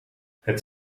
het